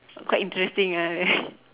quite interesting ah